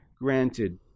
granted